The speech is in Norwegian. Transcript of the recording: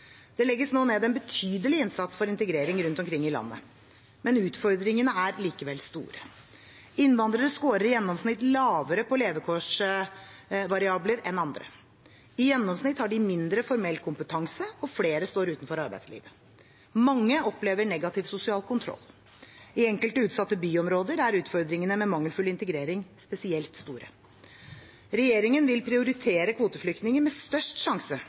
Det legges nå ned en betydelig innsats for integrering rundt omkring i landet. Utfordringene er likevel store. Innvandrere skårer i gjennomsnitt lavere på levekårsvariabler enn andre. I gjennomsnitt har de mindre formell kompetanse og flere står utenfor arbeidslivet. Mange opplever negativ sosial kontroll. I enkelte utsatte byområder er utfordringene med mangelfull integrering spesielt store. Regjeringen vil prioritere kvoteflyktninger med størst sjanse